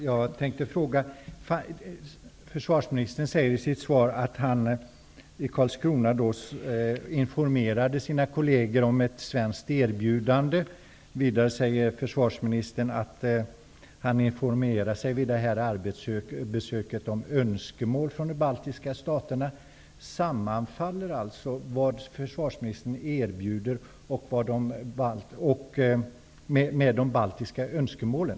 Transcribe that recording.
Herr talman! Försvarsministern säger i sitt svar att han i Karlskrona informerade sina kolleger om ett svenskt erbjudande. Vidare säger försvarsministern att han vid arbetsbesöket informerade sig om önskemål från de baltiska staterna. Sammanfaller alltså vad försvarsministern erbjuder med de baltiska önskemålen?